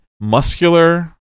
muscular